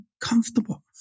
comfortable